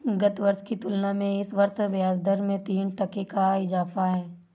गत वर्ष की तुलना में इस वर्ष ब्याजदर में तीन टके का इजाफा है